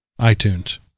iTunes